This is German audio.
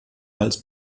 als